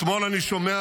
אתמול אני שומע,